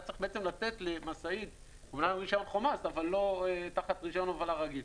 והיה צריך לתת למשאית רישיון --- אבל לא תחת רישיון הובלה רגיל.